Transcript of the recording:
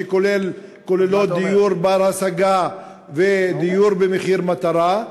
שכוללות דיור בר-השגה ודיור במחיר מטרה,